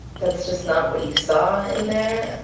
that's just not what you saw in there,